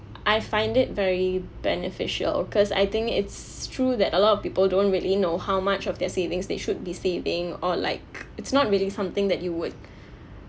I find it very beneficial cause I think it's true that a lot of people don't really know how much of their savings they should be saving or like it's not really something that you would